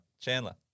Chandler